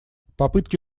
попытки